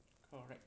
correct